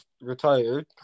retired